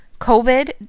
COVID